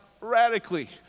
radically